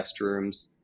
restrooms